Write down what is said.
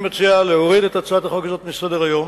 אני מציע להוריד את הצעת החוק הזאת מסדר-היום,